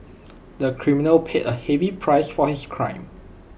the criminal paid A heavy price for his crime